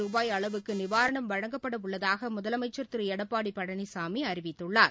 ருபாய் அளவுக்கு நிவாரணம் வழங்கப்பட உள்ளதாக முதலமைச்சா் திரு எடப்பாடி பழனிசாமி அறிவித்துள்ளார்